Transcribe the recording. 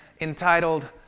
entitled